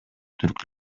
түрк